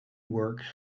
works